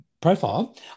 profile